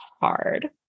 hard